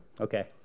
okay